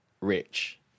rich